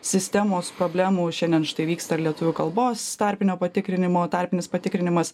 sistemos problemų šiandien štai vyksta lietuvių kalbos tarpinio patikrinimo tarpinis patikrinimas